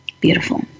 Beautiful